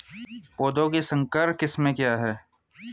पौधों की संकर किस्में क्या हैं?